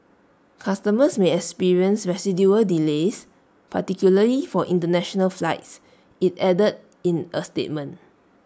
customers may experience residual delays particularly for International flights IT added in A statement